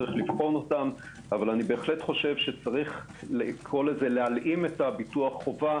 לבחון אותם אבל אני חושב שיש להלאים את ביטוח החובה.